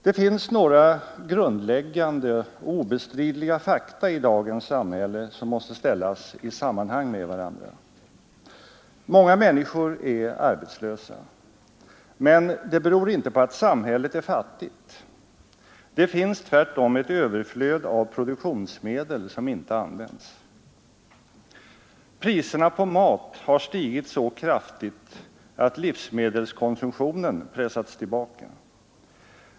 Det finns några grundläggande och obestridliga fakta i dagens samhälle som måste ställas i sammanhang med varandra. Många människor är arbetslösa. Men det beror inte på att samhället är fattigt. Det finns tvärtom ett överflöd av produktionsmedel som inte används. Priserna på mat har stigit så kraftigt att livsmedelskonsumtionen pressats tillbaka.